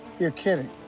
you're kidding.